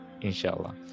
Inshallah